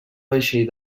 vaixell